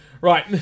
Right